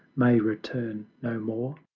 may return no more.